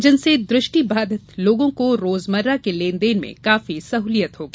जिनसे दृष्टिबाधित लोगों को रोजमर्रा के लेनदेन में काफी सहुलियत होगी